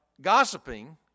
gossiping